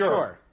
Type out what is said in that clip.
Sure